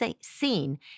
seen